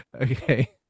Okay